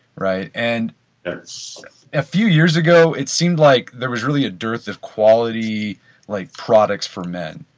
right and a few years ago it seemed like there was really a dearth of quality like products for men.